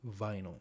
vinyl